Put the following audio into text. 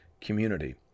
community